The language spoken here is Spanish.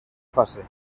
fase